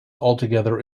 altogether